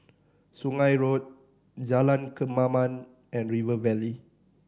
Sungei Road Jalan Kemaman and River Valley